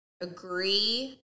agree